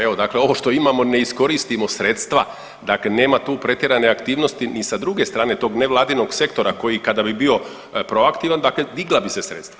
Evo dakle ovo što imamo, ne iskoristimo sredstva, dakle nema tu pretjerane aktivnosti ni sa druge strane tog nevladinog sektora koji kada bi bio proaktivan dakle digla bi se sredstva.